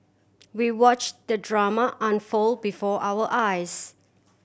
we watch the drama unfold before our eyes